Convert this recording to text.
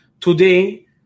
Today